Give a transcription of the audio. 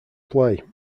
play